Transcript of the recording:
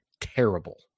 terrible